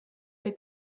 the